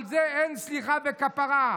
על זה אין סליחה וכפרה.